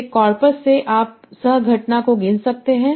तो एक कॉर्पस से आप सह घटना को गिन सकते हैं